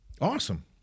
Awesome